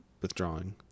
withdrawing